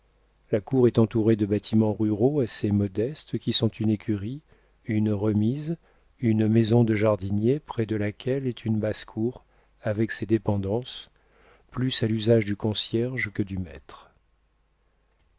la cour est entourée de bâtiments ruraux assez modestes qui sont une écurie une remise une maison de jardinier près de laquelle est une basse-cour avec ses dépendances plus à l'usage du concierge que du maître